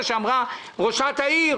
מה שאמרה ראשת העיר